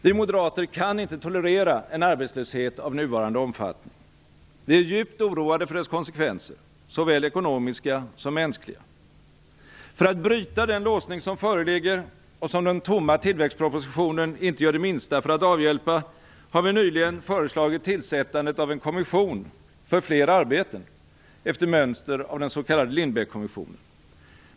Vi moderater kan inte tolerera en arbetslöshet av nuvarande omfattning. Vi är djupt oroade för dess konsekvenser, såväl ekonomiska som mänskliga. För att bryta den låsning som föreligger - och som den tomma tillväxtpropositionen inte gör det minsta för att avhjälpa - har vi nyligen föreslagit tillsättandet av en kommission för fler arbeten efter mönster av den s.k. Lindbeckkommissionen.